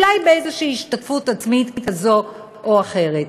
אולי באיזושהי השתתפות עצמית כזאת או אחרת.